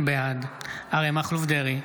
בעד אריה מכלוף דרעי,